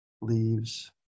leaves